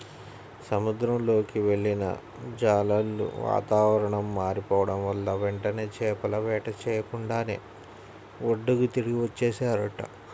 సముద్రంలోకి వెళ్ళిన జాలర్లు వాతావరణం మారిపోడం వల్ల వెంటనే చేపల వేట చెయ్యకుండానే ఒడ్డుకి తిరిగి వచ్చేశారంట